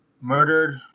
murdered